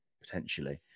potentially